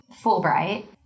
Fulbright